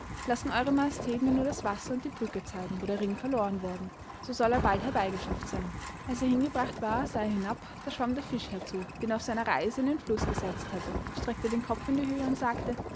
lassen ew majestät mir nur das wasser und die brücke zeigen wo der ring verloren worden so soll er bald herbeigeschafft seyn als er hingebracht war sah er hinab da schwamm der fisch herzu den er auf seiner reise in den fluß gesetzt hatte streckte den kopf in die höhe und sagte